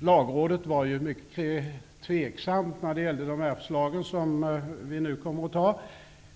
Lagrådet var mycket tveksamt när det gäller de förslag som vi nu kommer att anta,